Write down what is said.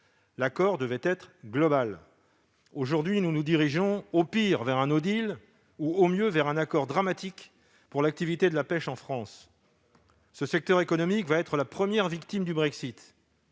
celui-ci devant être global. Aujourd'hui, nous nous dirigeons, au pire, vers un et, au mieux, vers un accord dramatique pour l'activité de la pêche en France. Ce secteur économique sera la première victime du Brexit.